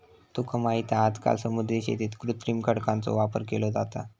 तुका माहित हा आजकाल समुद्री शेतीत कृत्रिम खडकांचो वापर केलो जाता